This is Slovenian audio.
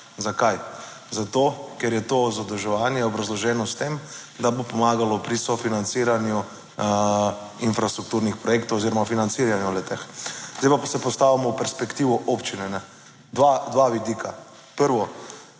Zakaj? Zato ker je to zadolževanje obrazloženo s tem, da bo pomagalo pri sofinanciranju infrastrukturnih projektov oziroma financiranju le-teh. Zdaj pa se postavimo v perspektivo občine, dva vidika. Prvo